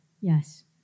yes